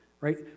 right